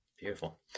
Beautiful